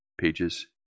pages